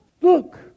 look